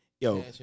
Yo